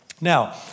Now